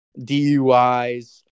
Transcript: DUIs